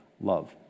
Love